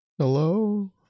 Hello